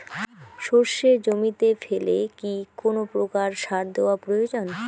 সর্ষে জমিতে ফেলে কি কোন প্রকার সার দেওয়া প্রয়োজন?